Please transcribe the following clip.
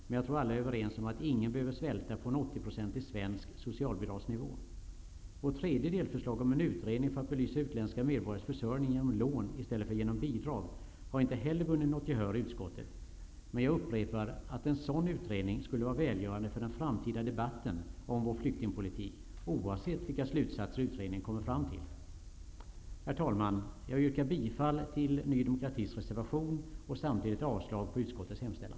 Men jag tror att alla är överens om att ingen behöver svälta på en 80-procentig svensk socialbidragsnivå. Vårt tredje delförslag om en utredning för att belysa utländska medborgares försörjning genom lån i stället för genom bidrag har inte heller vunnit gehör i utskottet. Men jag upprepar att en sådan utredning skulle vara välgörande för den framtida debatten om vår flyktingpolitik, oavsett vilka slutsatser utredningen kommer fram till. Herr talman! Jag yrkar bifall till Ny demokratis reservation, och samtidigt yrkar jag avslag på utskottets hemställan.